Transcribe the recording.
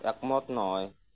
একমত নহয়